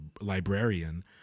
librarian